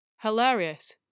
Hilarious